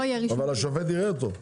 אבל השופט יראה אותו.